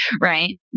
right